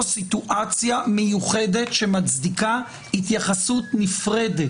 סיטואציה מיוחדת שמצדיקה התייחסות נפרדת.